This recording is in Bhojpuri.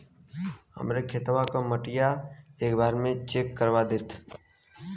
हमरे खेतवा क मटीया एक बार चेक करवा देत?